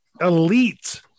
elite